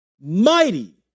mighty